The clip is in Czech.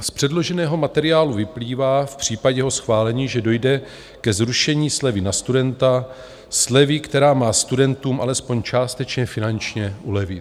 Z předloženého materiálu vyplývá v případě jeho schválení, že dojde ke zrušení slevy na studenta, slevy, která má studentům alespoň částečně finančně ulevit.